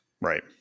Right